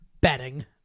Betting